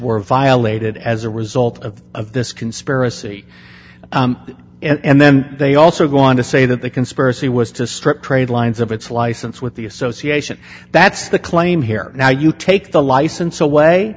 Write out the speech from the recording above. were violated as a result of of this conspiracy and then they also go on to say that the conspiracy was to strip trade lines of its license with the association that's the claim here now you take the license away